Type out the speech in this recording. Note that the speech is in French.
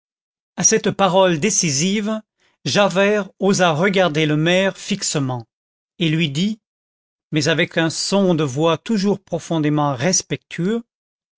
à cette parole décisive javert osa regarder le maire fixement et lui dit mais avec un son de voix toujours profondément respectueux